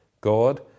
God